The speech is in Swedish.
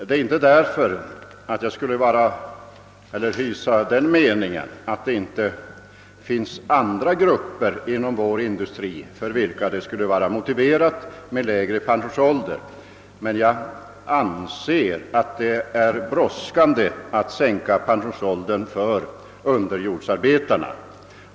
Detta beror inte på att jag hyser den meningen att det inte finns andra grupper inom vår industri, för vilka det skulle vara motiverat med lägre pensionsålder, utan det beror på att jag anser det vara brådskande att sänka pensionsåldern för underjordsarbetare.